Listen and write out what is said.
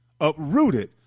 uprooted